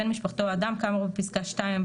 בן משפחתו או אדם כאמור בפסקה (2) הם